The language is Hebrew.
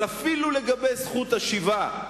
אבל אפילו לגבי זכות השיבה,